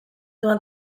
dudan